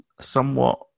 somewhat